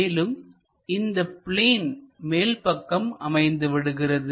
மேலும் இந்த பிளேன் மேல்பக்கம் அமைந்துவிடுகிறது